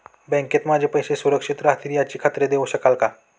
बँकेत माझे पैसे सुरक्षित राहतील याची खात्री देऊ शकाल का?